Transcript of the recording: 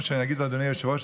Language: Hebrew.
אדוני היושב-ראש,